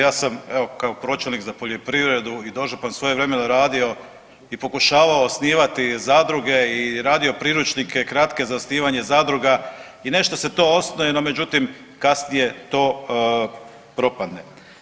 Ja sam evo kao pročelnik za poljoprivredu i dožupan svojevremeno radio i pokušavao osnivati zadruge i radio priručnike kratke za osnivanje zadruga i nešto se to osnuje no međutim kasnije to propadne.